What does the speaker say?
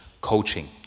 coaching